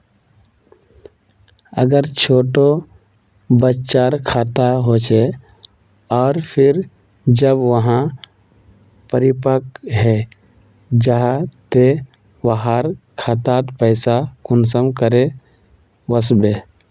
अगर छोटो बच्चार खाता होचे आर फिर जब वहाँ परिपक है जहा ते वहार खातात पैसा कुंसम करे वस्बे?